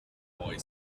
boy